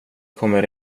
kommer